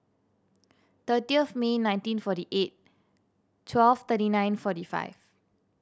thirty of May nineteen forty eight twelve thirty nine forty five